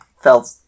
felt